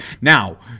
Now